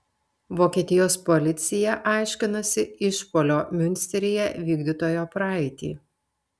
vokietijos policija aiškinasi išpuolio miunsteryje vykdytojo praeitį